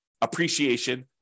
appreciation